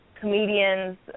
comedians